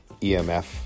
EMF